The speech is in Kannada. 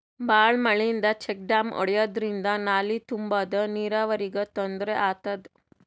ಭಾಳ್ ಮಳಿಯಿಂದ ಚೆಕ್ ಡ್ಯಾಮ್ ಒಡ್ಯಾದ್ರಿಂದ ನಾಲಿ ತುಂಬಾದು ನೀರಾವರಿಗ್ ತೊಂದ್ರೆ ಆತದ